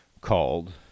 called